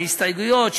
הסתייגויות,